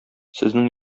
сезнең